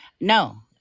No